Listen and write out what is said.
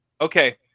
okay